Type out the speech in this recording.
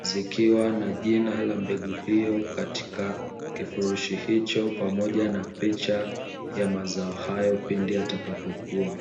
zikiwa na jina la mbegu hiyo katika kifurushi hicho pamoja na picha ya mazao hayo pindi yatakapokua.